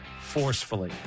forcefully